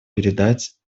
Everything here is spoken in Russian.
передать